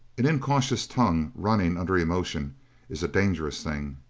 an incautious tongue running under emotion is a dangerous thing.